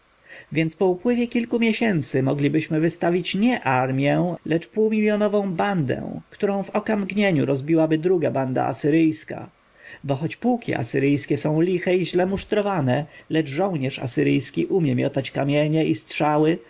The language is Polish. więc po upływie kilku miesięcy moglibyście wystawić nie armję lecz półmiljonową bandę którą w okamgnieniu rozbiłaby druga banda asyryjska bo choć pułki asyryjskie są liche i źle musztrowane lecz żołnierz asyryjski umie miotać kamienie i strzały